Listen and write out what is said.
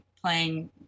playing